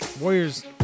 Warriors